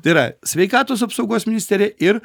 tai yra sveikatos apsaugos ministerija ir